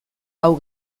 hau